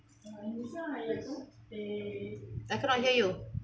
I cannot hear you